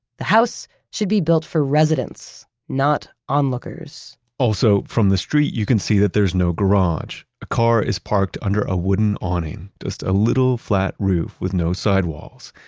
the house should be built for residents, not onlookers also, from the street you can see that there's no garage. a car is parked under a wooden awning, just a little flat roof with no sidewalls.